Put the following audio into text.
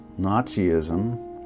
Nazism